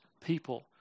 people